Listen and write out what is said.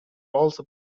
also